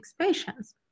patients